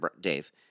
Dave